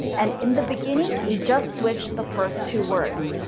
and in the beginning, we just switch the first two words.